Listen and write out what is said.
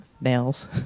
Nails